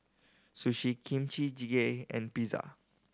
Sushi Kimchi Jjigae and Pizza